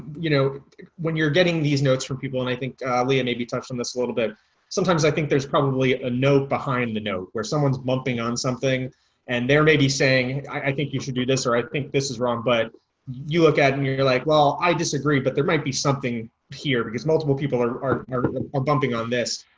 you know when you're getting these notes from people and i think leah maybe touched on this a little bit sometimes i think there's probably a note behind a note where someone's bumping on something and they're maybe saying, i think you should do this or i think this is wrong, but you look at and you're you're like well, i disagree but there might be something here because multiple people are bumping on this.